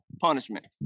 punishment